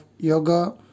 yoga